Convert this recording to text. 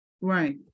Right